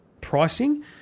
pricing